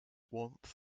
warmth